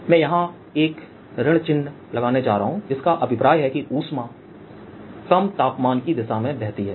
मैं यहां एक ऋण चिह्न लगाने जा रहा हूं जिसका अभिप्राय है कि ऊष्मा कम तापमान की दिशा में बहती है